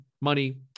money